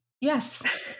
Yes